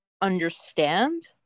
understand